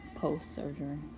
post-surgery